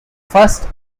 first